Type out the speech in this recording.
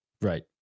Right